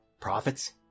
Profits